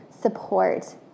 support